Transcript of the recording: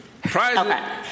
Prizes